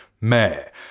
mayor